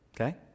okay